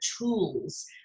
tools